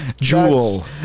Jewel